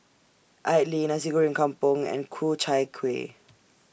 Idly Nasi Goreng Kampung and Ku Chai Kueh